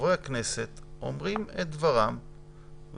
חברי הכנסת אומרים את דברם וגורמי